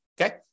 okay